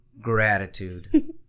gratitude